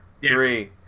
three